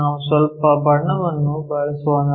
ನಾವು ಸ್ವಲ್ಪ ಬಣ್ಣವನ್ನು ಬಳಸೋಣ